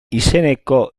izeneko